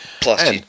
Plus